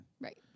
Right